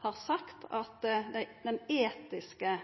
har sagt at den etiske